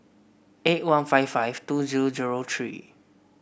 eight one five five two zero zero three